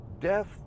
death